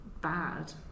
bad